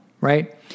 right